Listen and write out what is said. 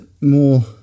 more